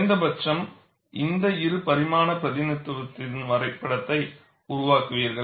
குறைந்தபட்சம் இந்த இரு பரிமாண பிரதிநிதித்துவத்தின் வரைப்படத்தை உருவாக்குகிறீர்கள்